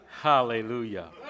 Hallelujah